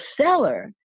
seller